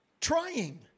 trying